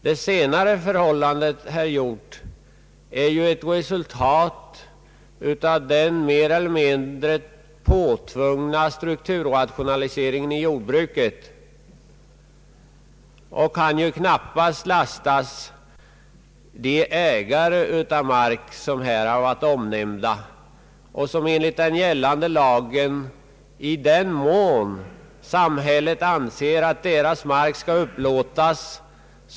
Det senare, herr Hjorth, är ett resultat av den mer eller mindre påtvungna = strukturrationaliseringen i jordbruket. Ägarna av den marken kan ju knappast lastas för den förändringen av landskapsbilden.